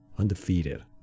Undefeated